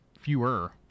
fewer